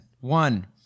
One